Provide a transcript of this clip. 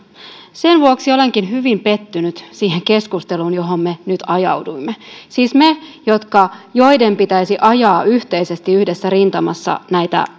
sen vuoksi olenkin hyvin pettynyt siihen keskusteluun johon me nyt ajauduimme siis me joiden pitäisi ajaa yhteisesti yhdessä rintamassa näitä